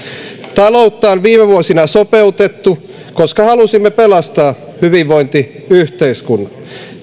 taloutta on viime vuosina sopeutettu koska halusimme pelastaa hyvinvointiyhteiskunnan